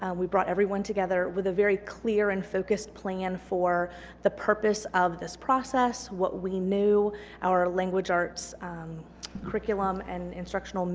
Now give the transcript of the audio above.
and we brought everyone together with a very clear and focused plan for the purpose of this process what we knew our language arts curriculum and instructional